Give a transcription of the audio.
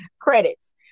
credits